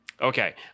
Okay